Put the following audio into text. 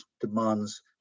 demands